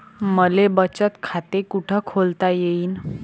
मले बचत खाते कुठ खोलता येईन?